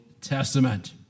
Testament